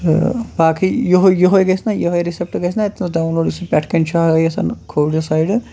تہٕ باقٕے یُہوٚے یُہوٚے گژھِ نَہ یِہوٚے رِسٮ۪پٹہٕ گژھِ نَہ اَتہِ نَس ڈاوُن لوڈ یُس یہِ پٮ۪ٹھ کَنۍ چھِ ہٲیِتھ کھورِ سایڈٕ